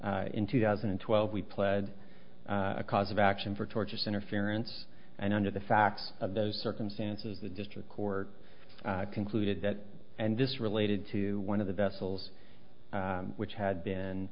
that in two thousand and twelve we pled a cause of action for torturous interference and under the facts of those circumstances the district court concluded that and this related to one of the vessels which had